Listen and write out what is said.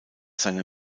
seiner